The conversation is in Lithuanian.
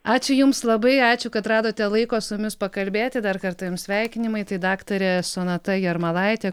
ačiū jums labai ačiū kad radote laiko su jumis pakalbėti dar kartą jums sveikinimai tai daktarė sonata jarmalaitė